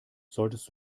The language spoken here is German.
solltest